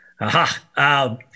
aha